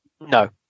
No